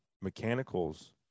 mechanicals